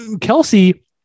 Kelsey